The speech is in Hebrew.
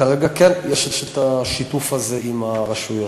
כרגע כן יש את שיתוף הזה עם הרשויות.